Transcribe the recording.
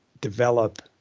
develop